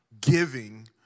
giving